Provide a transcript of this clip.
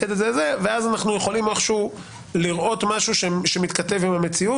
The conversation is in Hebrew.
ואז אנחנו יכולים לראות איכשהו משהו שמתמקד עם המציאות.